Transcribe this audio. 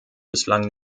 bislang